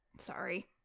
sorry